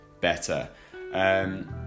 better